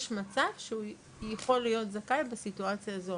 יש מצב שהוא יכול להיות זכאי בסיטואציה זו